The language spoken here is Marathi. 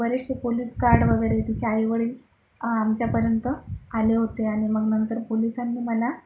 बरेचसे पोलीस गार्ड वगैरे तिचे आई वडील आमच्यापर्यंत आले होते आणि मग नंतर पोलिसांनी मला